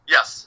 Yes